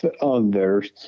others